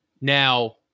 Now-